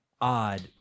odd